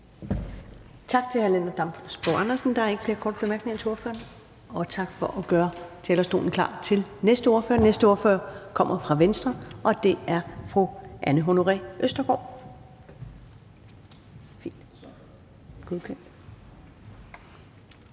Tak til hr. Lennart Damsbo-Andersen. Der er ikke flere korte bemærkninger til ordføreren. Og tak for at gøre talerstolen klar til den næste ordfører. Den næste ordfører kommer fra Venstre, og det er fru Anne Honoré Østergaard.